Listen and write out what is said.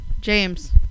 James